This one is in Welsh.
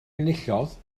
enillodd